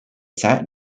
sat